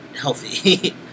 healthy